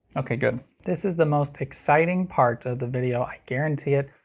ok good. this is the most exciting part of the video, i guarantee it.